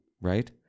right